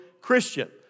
Christian